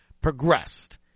progressed